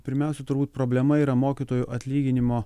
pirmiausia turbūt problema yra mokytojų atlyginimo